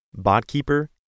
BotKeeper